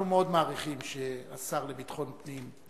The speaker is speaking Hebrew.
אנחנו מאוד מעריכים שהשר לביטחון פנים,